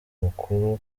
umukuru